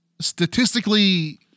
statistically